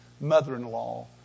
mother-in-law